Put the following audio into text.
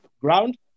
ground